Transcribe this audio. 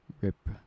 Rip